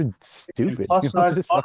stupid